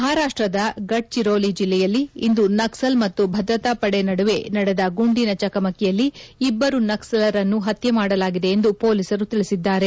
ಮಹಾರಾಪ್ಪದ ಗಡ್ಚಿರೋಲಿ ಜಿಲ್ಲೆಯಲ್ಲಿ ಇಂದು ನಕ್ಲಲ್ ಮತ್ತು ಭದ್ರತಾ ಪಡೆ ನಡುವೆ ನಡೆದ ಗುಂಡಿನ ಚಕಮಕಿಯಲ್ಲಿ ಇಬ್ಬರು ನಕ್ಲಲರನ್ನು ಹತ್ತೆ ಮಾಡಲಾಗಿದೆ ಎಂದು ಪೊಲೀಸರು ತಿಳಿಸಿದ್ದಾರೆ